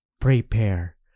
prepare